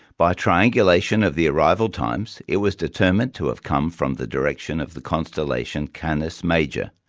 by triangulation of the arrival times, it was determined to have come from the direction of the constellation canis major,